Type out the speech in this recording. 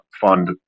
fund